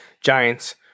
Giants